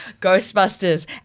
Ghostbusters